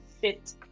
fit